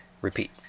repeat